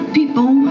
people